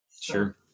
Sure